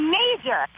major